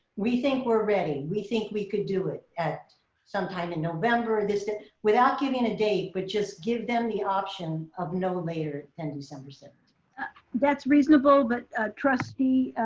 we think we're ready. we think we could do it at some time in november this day without giving a date, but just give them the option of no later than december so that's reasonable, but trustee